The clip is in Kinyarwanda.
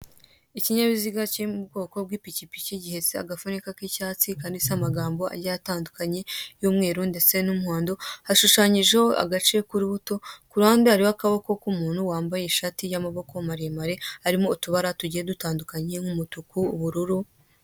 Ikinyabiziga kiri mubwoko bwipikipiki gihetse agafunyika k'icyatsi kanditseho amagambo agiye atandukanye y'umweru ndetse n'umuhondo hashushanyijeho agace kurubuto, kuruhande hariho akaboko k'umuntu wambaye ishati y'amaboko maremare harimo utubara tugiye dutandukanye nk'umutuku ubururu.